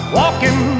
walking